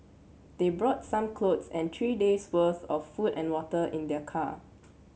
they brought some clothes and three days worth of food and water in their car